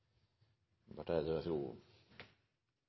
Barth Eide